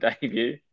debut